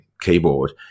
keyboard